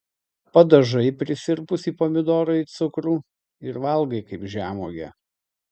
padažai prisirpusį pomidorą į cukrų ir valgai kaip žemuogę